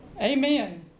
Amen